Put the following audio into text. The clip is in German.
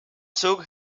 zug